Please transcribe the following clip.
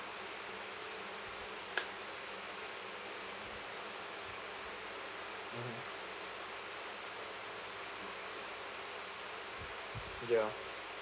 mmhmm ya